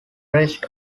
rest